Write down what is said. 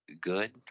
good